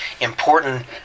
important